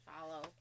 follow